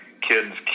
kids